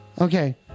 Okay